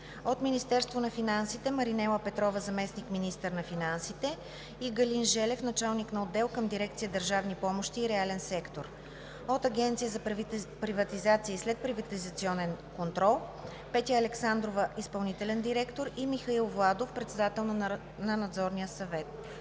от Министерството на финансите: Маринела Петрова – заместник-министър на финансите, и Галин Желев – началник на отдел към дирекция „Държавни помощи и реален сектор“; от Агенцията за приватизация и следприватизационен контрол: Петя Александрова – изпълнителен директор, и Михаил Владов – председател на Надзорния съвет.